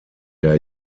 der